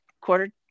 quarter